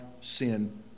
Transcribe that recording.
sin